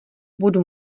budu